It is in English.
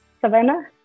Savannah